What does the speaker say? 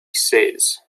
says